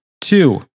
Two